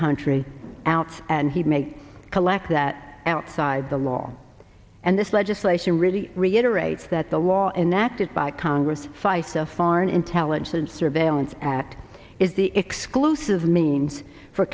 country out and he may collect that outside the law and this legislation really reiterate that the law inactive by congress fife the foreign intelligence surveillance act is the exclusive means for